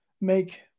make